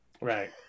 Right